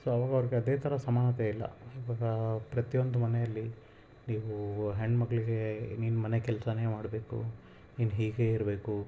so ಅವಾಗ ಅವ್ರಿಗೆ ಅದೇ ಥರ ಸಮಾನತೆ ಇಲ್ಲ ಇವಾಗ ಪ್ರತಿಯೊಂದು ಮನೆಯಲ್ಲಿ ನೀವು ಹೆಣ್ಣು ಮಕ್ಕಳಿಗೆ ನೀನು ಮನೆ ಕೆಲಸಾನೇ ಮಾಡಬೇಕು ನೀನು ಹೀಗೇ ಇರಬೇಕು